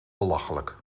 belachelijk